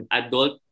adult